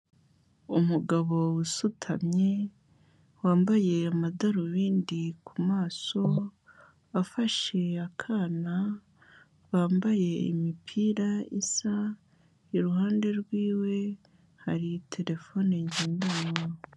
Umugabo usutamye, wambaye amadarubindi ku maso, afashe akana, bambaye imipira isa, iruhande rwiwe hari terefone ngendanwa.